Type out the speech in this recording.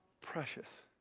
Precious